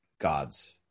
gods